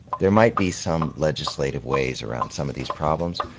there might be some legislative ways around some of these problems,